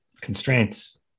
Constraints